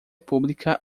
pública